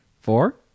Four